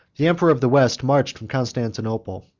the emperor of the west marched from constantinople,